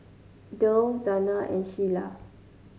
derl Zana and Sheilah